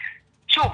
שוב,